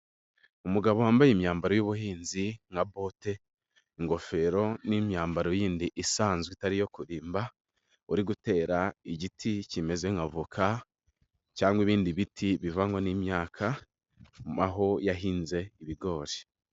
Umugabo wambaye imyambaro y'ubuhinzi nka bote, ingofero n'imyambaro yindi isanzwe itari iyo kurimba, uri gutera igiti, kimeze nka voka cyangwa ibindi biti bivangwa n'imyaka, aho yahinze ibigori.